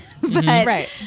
Right